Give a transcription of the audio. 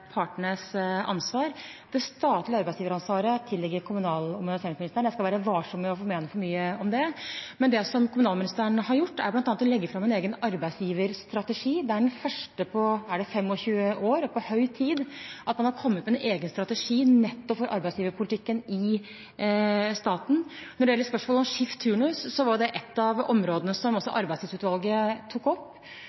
partenes ansvar. Det statlige arbeidsgiveransvaret tilligger kommunal- og moderniseringsministeren. Jeg skal være varsom med å mene for mye om det. Men det som kommunalministeren har gjort, er bl.a. å legge fram en egen arbeidsgiverstrategi. Det er den første på – er det 25 år? – og på høy tid at man har kommet med en egen strategi nettopp for arbeidsgiverpolitikken i staten. Når det gjelder spørsmålet om skift og turnus, var det et av områdene som også